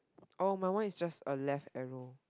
orh my one is just a left arrow